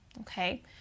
Okay